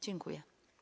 Dziękuję.